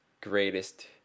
greatest